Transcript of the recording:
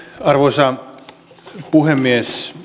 arvoisa puhemies